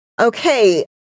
okay